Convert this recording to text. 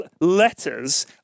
letters